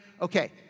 Okay